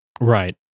right